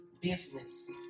business